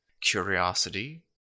curiosity